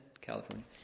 California